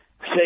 say